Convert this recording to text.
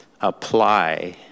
apply